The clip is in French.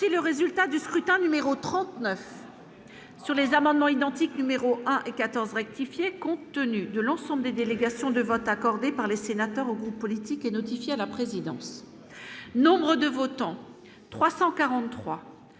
le résultat du scrutin numéro 39 sur les amendements identiques numéro à 14 rectifier, compte tenu de l'ensemble des délégations de vote accordé par les sénateurs au groupes politique et notifié à la présidence, nombre de votants 343